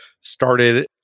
started